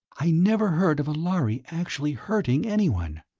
i never heard of a lhari actually hurting anyone.